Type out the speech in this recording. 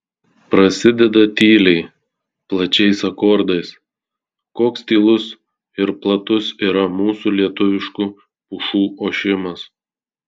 prasideda tyliai plačiais akordais koks tylus ir platus yra mūsų lietuviškų pušų ošimas